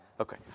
Okay